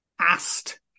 asked